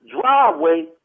driveway